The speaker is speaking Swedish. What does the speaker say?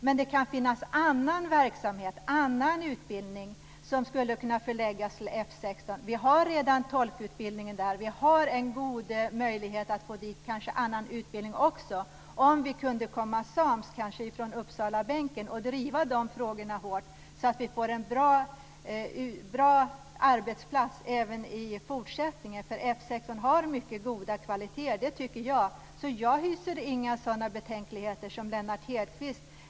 Men det kan finnas annan verksamhet, annan utbildning som skulle kunna förläggas till F 16. Vi har redan tolkutbildningen där. Vi har en god möjlighet att få dit kanske även annan utbildning om vi från Uppsalabänken kunde komma sams och driva de frågorna hårt så att vi får en bra arbetsplats även i fortsättningen. F 16 har mycket goda kvaliteter, det tycker jag. Jag hyser inga sådana betänkligheter som Lennart Hedquist.